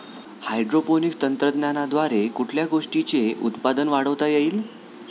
Hydroponics तंत्रज्ञानाद्वारे कुठल्या गोष्टीचे उत्पादन वाढवता येईल?